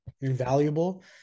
invaluable